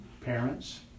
parents